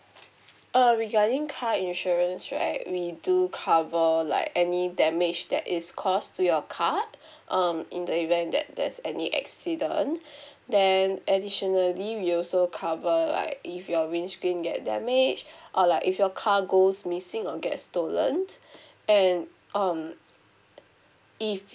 uh regarding car insurance right we do cover like any damage that is caused to your car um in the event that there's any accident then additionally we also cover like if your windscreen get damage or like if your car goes missing or get stolen and um if